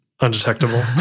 Undetectable